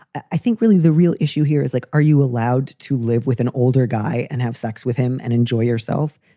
i think really the real issue here is like, are you allowed to live with an older guy and have sex with him and enjoy yourself?